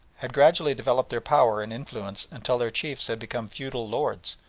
had gradually developed their power and influence until their chiefs had become feudal lords,